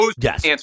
Yes